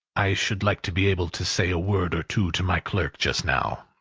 i should like to be able to say a word or two to my clerk just now.